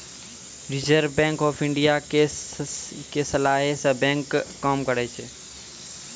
reserve bank of India के सलाहे से बैंक काम करै छै